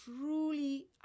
truly